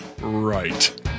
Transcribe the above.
right